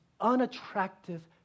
unattractive